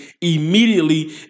immediately